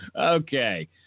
Okay